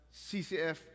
CCF